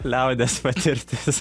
liaudies patirtis